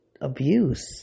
abuse